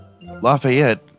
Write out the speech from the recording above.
Lafayette